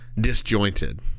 disjointed